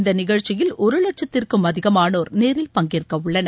இந்த நிகழ்ச்சியில் ஒரு வட்சத்திற்கும் அதிகமானோர் நேரில் பங்கேற்கவுள்ளனர்